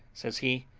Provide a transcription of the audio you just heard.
says he,